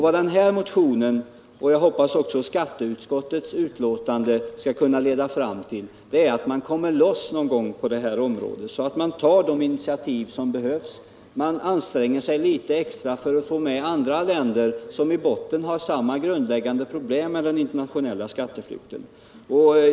Vad denna motion och, hoppas jag, också skatteutskottets betänkande skall kunna leda fram till är att man kommer loss någon gång på detta område, så att man tar de initiativ som behövs och anstränger sig litet extra för att få med andra länder som har samma grundläggande problem med den internationella skatteflykten.